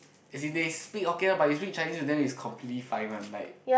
as in they speak Hokkien ah but you speak Chinese with them is completely fine one like